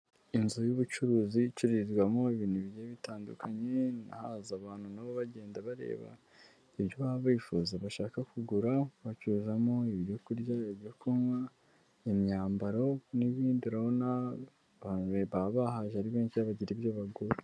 Inzu y'ubucuruzi, icururizwamo ibintu bigiye bitandukanye, haza abantu nabo bagenda bareba, ibyo baba bifuza, bashaka kugura, bacuruzamo; ibyo kurya, ibyo kunywa, imyambaro, n'ibindi, urabona baba bahaje ari benshi bagira ibyo bagura.